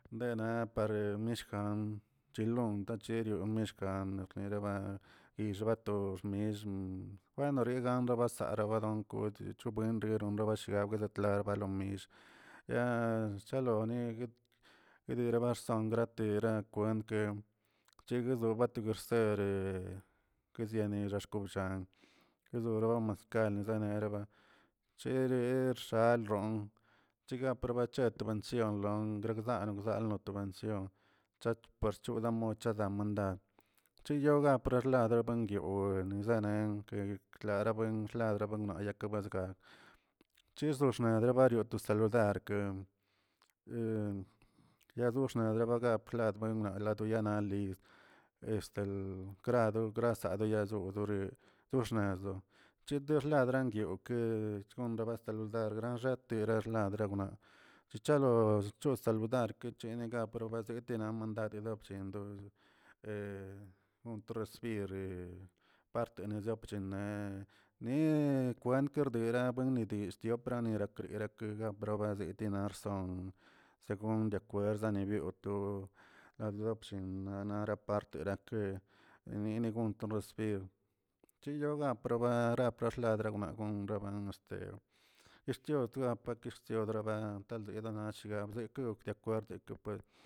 Dena par miekan chalon techerioro chka neraba, yixba toxm bueno renranguemə sarabagon kuldio robuen ronrabarishio wetreklar barchimi, yaa chaloni yidera barsongrat yera kwentkeꞌ chegozoꞌ bat rsere rkesiene xkob lla, disoro maskal neraba chererx balroon chiga provechar to ben sion lon gdari guzaloosion chacho parchudamo cada mandad chiyoga parlalenguiob nizanen klarabuen rabanaya kabasga chesosnedraba beto saludar yaadoxneraba yaplat benwnag toyana li este krado grasalo zodoree to xnezldo chetexladran okech ranraba saludar ratirlardarla chichalos cho saludarke chenega prosludar mandad elobchendoo gontro recibir partena dopchennaꞌ ne kwent dordila bendioll dioparnila kregakega bazedinaxt según deacuerzani yoto na dapllinnna nara part tira nine gontoro chilab gonto nara praxladara naꞌ gon reban este extiogak extiodraban dedanashga bzekukꞌ deacuerd.